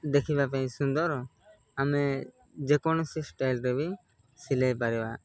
ଦେଖିବା ପାଇଁ ସୁନ୍ଦର ଆମେ ଯେକୌଣସି ଷ୍ଟାଇଲରେ ବି ସିଲେଇ ପାରିବା